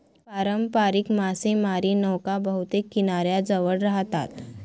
पारंपारिक मासेमारी नौका बहुतेक किनाऱ्याजवळ राहतात